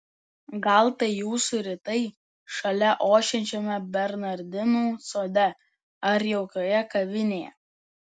gal tai jūsų rytai šalia ošiančiame bernardinų sode ar jaukioje kavinėje